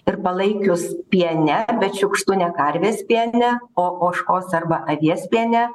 ir palaikius piene bet šiukštu ne karvės piene o ožkos arba avies piene